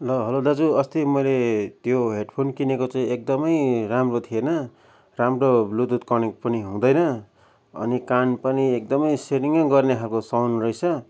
ल हेलो दाजु अस्ति मैले त्यो हेडफोन किनेको चाहिँ एकदमै राम्रो थिएन राम्रो ब्लुतुथ कनेक्ट पनि हुँदैन अनि कान पनि एकदमै सिरिङै गर्ने खालको साउन्ड रहेछ